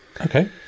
Okay